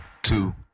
two